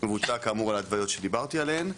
מבוצע כאמור על ההתוויות שדיברתי עליהן.